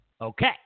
Okay